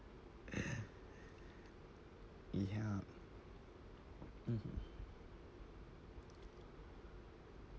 ya mmhmm